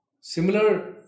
Similar